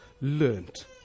learnt